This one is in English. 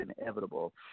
inevitable